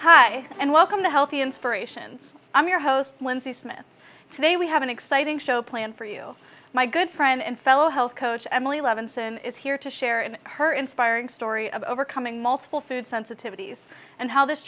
hi and welcome to healthy inspirations i'm your host lindsay smith today we have an exciting show planned for you my good friend and fellow health coach emily levinson is here to share in her inspiring story of overcoming multiple food sensitivities and how this